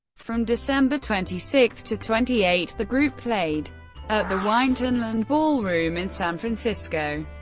from december twenty six to twenty eight, the group played at the winterland ballroom in san francisco.